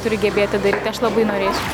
turi gebėt tą daryti aš labai norėčiau